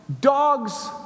dogs